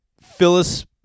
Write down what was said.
Phyllis